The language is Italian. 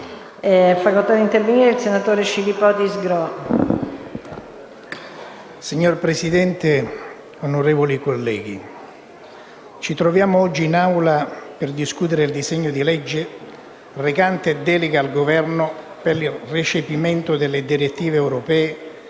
finestra") *(FI-PdL XVII)*. Signora Presidente, onorevoli colleghi, ci troviamo oggi in Aula per discutere il disegno di legge recante «Delega al Governo per il recepimento delle direttive europee